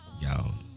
Y'all